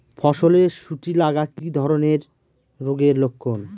ফসলে শুটি লাগা কি ধরনের রোগের লক্ষণ?